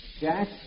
Jack